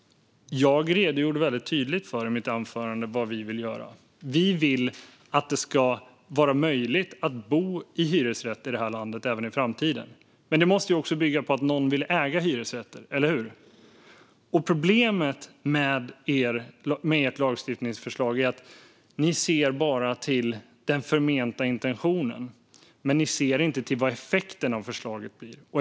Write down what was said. Jag redogjorde väldigt tydligt i mitt anförande för vad vi vill göra. Vi vill att det ska vara möjligt att bo i hyresrätt i det här landet även i framtiden. Men det måste bygga på att någon vill äga hyresrätter - eller hur? Problemet med ert lagstiftningsförslag är att ni bara ser till den förmenta intentionen och inte till vad effekten av förslaget blir.